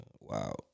Wow